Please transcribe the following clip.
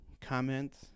comments